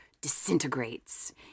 disintegrates